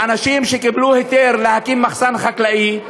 שאנשים שקיבלו היתר להקים מחסן חקלאי,